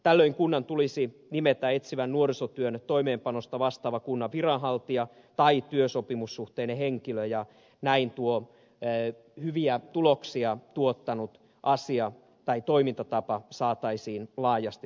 tällöin kunnan tulisi nimetä etsivän nuorisotyön toimeenpanosta vastaava kunnan viranhaltija tai työsopimussuhteinen henkilö ja näin tuo hyviä tuloksia tuottanut toimintatapa saataisiin laajasti suomessa käyttöön